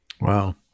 Wow